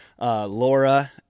Laura